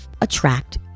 attract